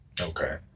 Okay